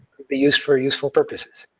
be used for useful purposes.